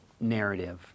narrative